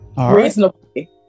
Reasonably